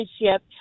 relationship